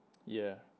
yeah